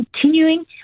continuing